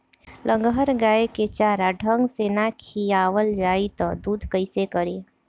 लगहर गाय के चारा ढंग से ना खियावल जाई त दूध कईसे करी